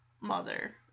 mother